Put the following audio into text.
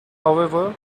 however